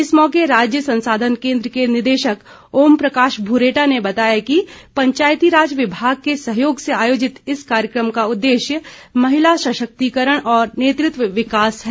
इस मौके राज्य संसाधन केन्द्र के निदेशक ओम प्रकाश भूरेटा ने बताया कि पंचायतीराज विभाग के सहयोग से आयोजित इस कार्यक्रम का उद्देश्य महिला सशक्तिकरण और नेतृत्व विकास है